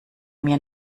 mir